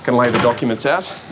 gonna lay the documents out.